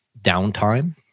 downtime